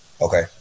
Okay